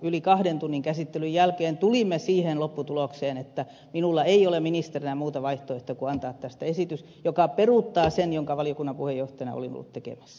yli kahden tunnin käsittelyn jälkeen tulimme siihen lopputulokseen että minulla ei ole ministerinä muuta vaihtoehtoa kuin antaa tästä esitys joka peruuttaa sen minkä valiokunnan puheenjohtajana olin ollut tekemässä